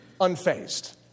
unfazed